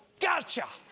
gotcha!